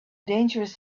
dangerous